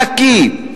נקי.